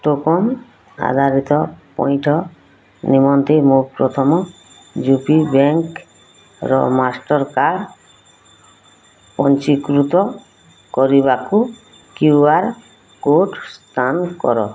token ଆଧାରିତ ପଇଠ ନିମନ୍ତେ ମୋ ପ୍ରଥମ ୟୁ ପି ବ୍ୟାଙ୍କ୍ର ମାଷ୍ଟର୍ କାର୍ଡ଼୍ ପଞ୍ଜୀକୃତ କରିବାକୁ କ୍ୟୁ ଆର୍ କୋଡ଼୍ ସ୍କାନ୍ କର